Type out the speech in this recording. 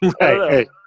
Right